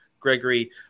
Gregory